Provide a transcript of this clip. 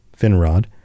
Finrod